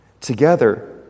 Together